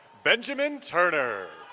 benjamin turner.